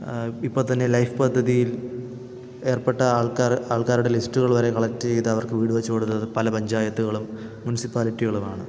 ഇപ്പോൾത്തന്നെ ലൈഫ് പദ്ധതിയിൽ ഏർപ്പെട്ട ആൾക്കാർ ആൾക്കാരുടെ ലിസ്റ്റുകൾ വരെ കളക്റ്റ് ചെയ്തവർക്കു വീട് വെച്ചുകൊടുത്തത് പല പഞ്ചായത്തുകളും മുൻസിപ്പാലിറ്റികളുമാണ്